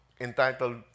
entitled